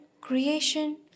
Creation